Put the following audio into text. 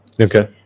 Okay